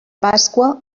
pasqua